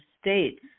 States